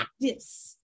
practice